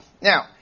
Now